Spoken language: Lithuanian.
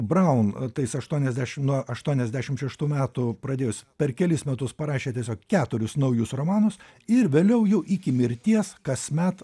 braun tais aštuoniasdešim nuo aštuoniasdešim šeštų metų pradėjus per kelis metus parašė tiesiog keturis naujus romanus ir vėliau jau iki mirties kasmet